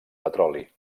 petroli